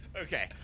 Okay